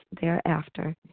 thereafter